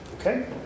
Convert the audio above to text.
Okay